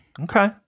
Okay